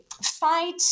fight